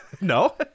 No